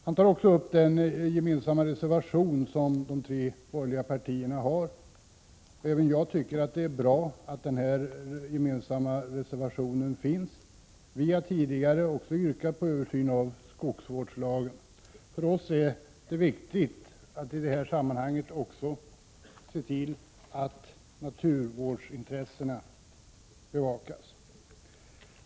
Sven Eric Lorentzon tog också upp de tre borgerliga partiernas gemensamma reservation. Även jag tycker att det är bra att den gemensamma reservationen fogats till betänkandet. Även vi har tidigare yrkat på en översyn av skogsvårdslagen. För oss är det viktigt att man i detta samman hang också ser till att naturvårdsintressena bevakas.